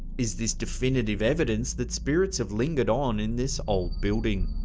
is this definitive evidence that spirits have lingered on in this old building?